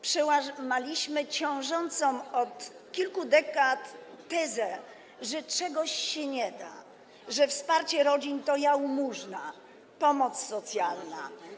Przełamaliśmy ciążącą od kilku dekad tezę, że czegoś się nie da, że wsparcie rodzin to jałmużna, pomoc socjalna.